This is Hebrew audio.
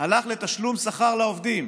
הלכו לתשלום שכר לעובדים,